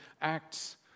Acts